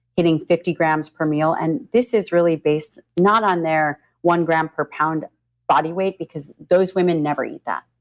getting fifty grams per meal. and this is really based not on their one gram per pound body weight because those women never eat that,